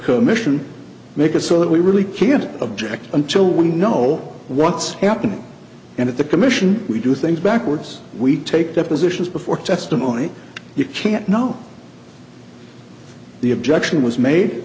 commission make it so that we really can't object until we know what's happening and at the commission we do things backwards we take depositions before testimony you can't know the objection was made